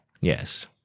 yes